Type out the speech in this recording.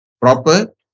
Proper